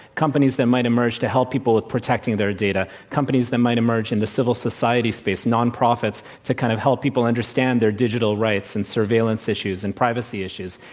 companies that might emerge to help people with protecting their data companies that might emerge in the civil society space, nonprofits, to kind of help people understand their digital rights and surveillance issues and privacy issues.